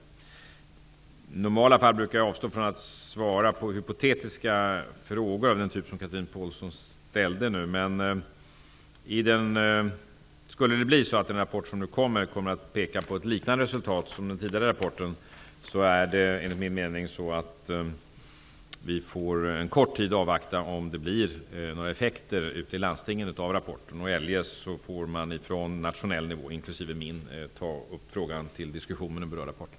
I normala fall brukar jag avstå från att svara på hypotetiska frågor, av den typ som Chatrine Pålsson nu ställde, men jag kan säga att vi, om det skulle bli så att den kommande rapporten pekar på ett liknande resultat som den tidigare, får avvakta en kort tid för att se om den ger några effekter ute i landstingen. Eljest får man på nationell nivå, inklusive på min nivå, ta upp frågan till diskussion med de berörda parterna.